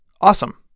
awesome